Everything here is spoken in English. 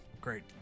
Great